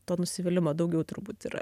to nusivylimo daugiau turbūt yra